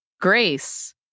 Grace